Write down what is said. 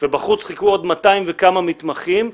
ובחוץ חיכו עוד 200 וכמה מתמחים.